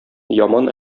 яман